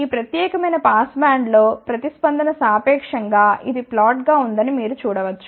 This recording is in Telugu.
ఈ ప్రత్యేకమైన పాస్ బ్యాండ్లో ప్రతిస్పందన సాపేక్షం గా ఇది ఫ్లాట్ గా ఉందని మీరు చూడ వచ్చు